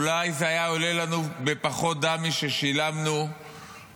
אולי זה היה עולה לנו בפחות דם מששילמנו על